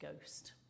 ghost